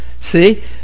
See